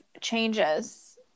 changes